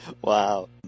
Wow